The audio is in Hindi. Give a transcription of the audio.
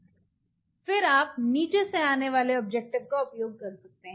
फिर आप नीचे से आने वाले ऑब्जेक्टिव का उपयोग कर सकते हैं